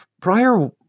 Prior